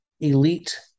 elite